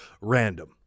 random